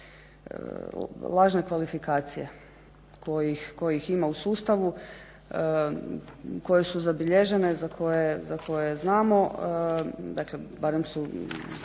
lažne kvalifikacije kojih ima u sustavu, koje su zabilježene, za koje znamo dakle barem su